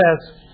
says